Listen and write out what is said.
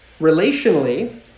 Relationally